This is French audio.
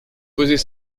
posez